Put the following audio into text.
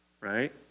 right